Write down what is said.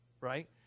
right